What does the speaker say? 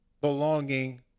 belonging